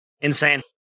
Insane